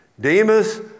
Demas